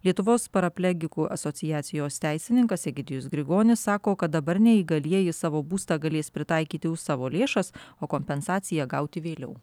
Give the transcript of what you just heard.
lietuvos paraplegikų asociacijos teisininkas egidijus grigonis sako kad dabar neįgalieji savo būstą galės pritaikyti už savo lėšas o kompensaciją gauti vėliau